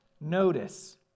notice